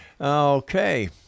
Okay